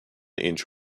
inch